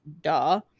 duh